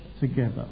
together